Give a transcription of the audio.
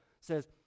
says